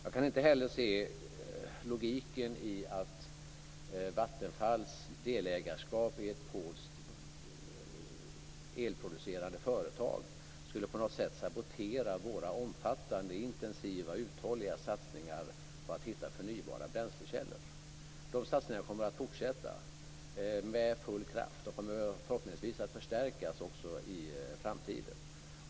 Jag kan inte heller se logiken i att Vattenfalls delägarskap i ett polskt elproducerande företag på något sätt skulle sabotera våra omfattande, intensiva och uthålliga satsningar på att hitta förnybara bränslekällor. De satsningarna kommer att fortsätta med full kraft och förhoppningsvis också att förstärkas i framtiden.